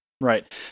Right